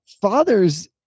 fathers